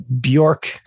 Bjork